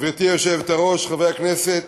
גברתי היושבת-ראש, חברי הכנסת,